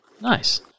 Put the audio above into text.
Nice